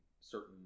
certain